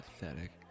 Pathetic